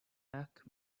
neck